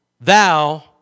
Thou